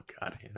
god